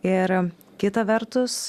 ir kita vertus